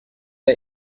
der